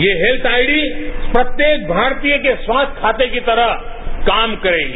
ये health ID प्रत्येक भारतीय के स्वास्थ्य खाते की तरह काम करेगी